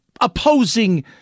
opposing